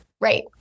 right